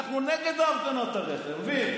אנחנו הרי נגד ההפגנות, אתה מבין?